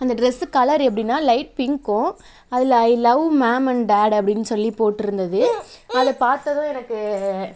அந்த dress colour எப்படினா light பிங்க்கும் அதில் I love mom and dad அப்டினு சொல்லி போட்டிருந்தது அதை பார்த்ததும் எனக்கு